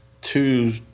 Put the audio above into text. two